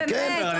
נו, באמת.